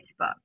Facebook